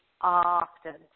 often